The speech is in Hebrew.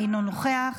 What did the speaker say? אינו נוכח,